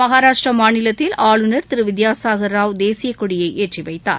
மகராஷ்ட்ர மாநிலத்தில் ஆளுநர் திரு வித்யாசாகர் ராவ் தேசியக்கொடியை ஏற்றிவைத்தார்